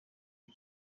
cye